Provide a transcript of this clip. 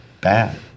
bad